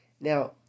Now